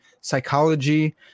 psychology